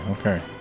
okay